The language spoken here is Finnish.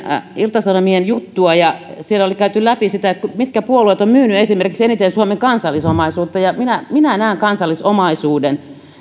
ilta sanomien jutun vuodelta kaksituhattakuusitoista jota katselin siellä oli käyty läpi sitä mitkä puolueet ovat esimerkiksi myyneet eniten suomen kansallisomaisuutta minä minä näen kansallisomaisuuden